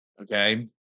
Okay